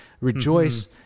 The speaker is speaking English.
rejoice